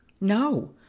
No